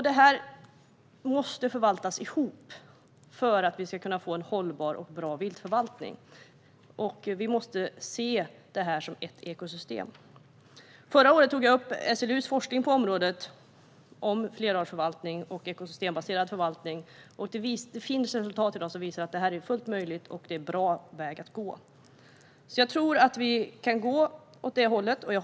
Detta måste förvaltas ihop för att vi ska få en hållbar och bra viltförvaltning. Vi måste se det som ett ekosystem. Förra året tog jag upp SLU:s forskning på området, om flerartsförvaltning och ekosystembaserad förvaltning, och det visade sig att det finns resultat som visar att detta är fullt möjligt och en bra väg att gå. Jag tror och hoppas att vi kan gå åt det hållet.